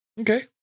Okay